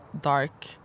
dark